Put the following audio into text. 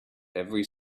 every